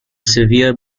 severe